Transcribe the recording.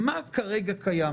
מה כרגע קיים?